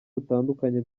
butandukanye